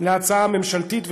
להצעה הממשלתית,